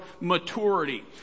maturity